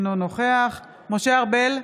אינו נוכח משה ארבל,